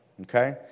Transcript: Okay